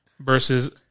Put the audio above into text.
versus